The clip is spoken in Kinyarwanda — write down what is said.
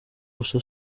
gusa